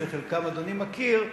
שחלקם אדוני מכיר,